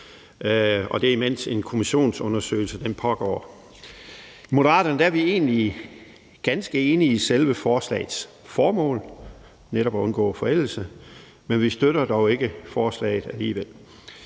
mens en kommissionsundersøgelse pågår. I Moderaterne er vi egentlig ganske enige i selve forslagets formål, nemlig at undgå forældelse, men vi støtter dog alligevel